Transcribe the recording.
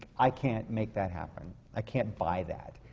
i can't make that happen. i can't buy that.